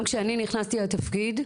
גם כשאני נכנסתי לתפקיד,